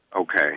Okay